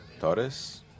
Torres